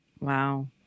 Wow